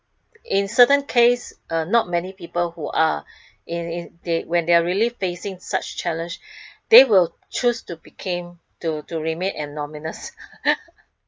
in certain case uh not many people who are in in they when they are really facing such challenge they will choose to became to to remain anonymous